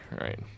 right